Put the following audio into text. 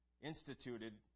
instituted